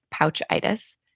pouchitis